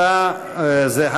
יש הצעה זהה,